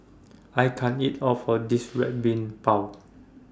I can't eat All of This Red Bean Bao